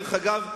דרך אגב,